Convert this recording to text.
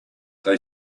they